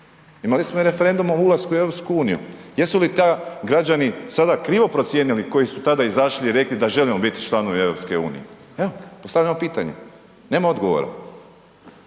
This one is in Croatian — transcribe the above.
imali smo i referendum o ulasku u EU. Jesu li tad građani sada krivo procijenili koji su tada izašli i rekli da želimo biti članovi EU? Evo, postavljamo pitanje, nema odgovora.